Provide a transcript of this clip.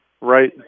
right